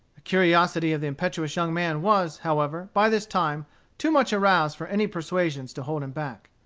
the curiosity of the impetuous young man was, however, by this time, too much aroused for any persuasions to hold him back.